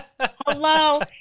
Hello